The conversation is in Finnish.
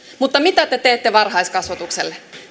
mutta mitä te teette varhaiskasvatukselle